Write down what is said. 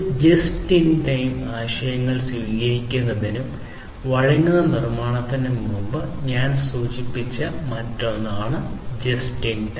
just in time ആശയങ്ങൾ സ്വീകരിക്കുന്നതിനും വഴങ്ങുന്ന നിർമ്മാണത്തിനും മുമ്പ് ഞാൻ ഇതിനകം സൂചിപ്പിച്ച മറ്റൊന്നാണ് ജസ്റ്റ് ഇൻ ടൈം